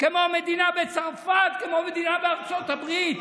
כמו מדינה בצרפת, כמו מדינה בארצות הברית.